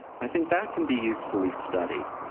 i think that can be usefully studied.